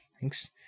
thanks